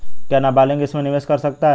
क्या नाबालिग इसमें निवेश कर सकता है?